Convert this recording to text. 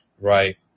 right